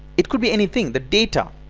it could be anythng. the data.